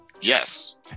Yes